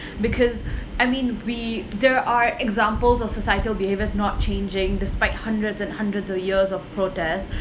because I mean we there are examples of suicidal behaviours not changing despite hundreds and hundreds of years of protests